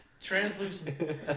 Translucent